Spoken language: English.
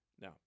Now